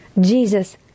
Jesus